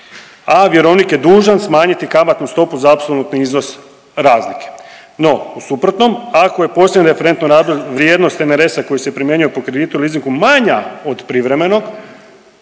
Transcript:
a vjerovnik je dužan smanjiti kamatnu stopu za apsolutni iznos razlike. No, u suprotnom ako je posljednje referentno razdoblje, vrijednost NRS-a koji se primijenio po kreditu ili leasingu manja od privremeno